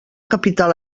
capital